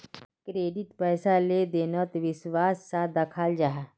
credit पैसार लें देनोत विश्वास सा दखाल जाहा